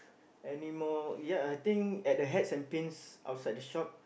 anymore ya I think at the hats and pins outside the shop